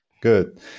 Good